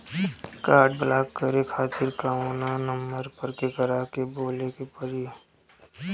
Card block करे खातिर कवना नंबर पर केकरा के बोले के परी?